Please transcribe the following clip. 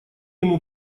ему